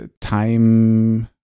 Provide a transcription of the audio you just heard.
time